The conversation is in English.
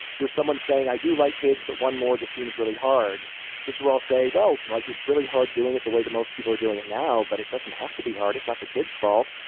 if you're someone saying i do like kids, but one more just seems really hard this year, i'll say, well, like it's really hard doing it the way the most people are doing it now. but it doesn't have to be hard. it's not the kid's fault.